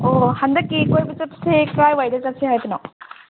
ꯑꯣ ꯍꯟꯗꯛꯀꯤ ꯀꯣꯏꯕ ꯆꯠꯄꯁꯤ ꯀꯔꯥꯏ ꯋꯥꯏꯗ ꯆꯠꯁꯤ ꯍꯥꯏꯕꯅꯣ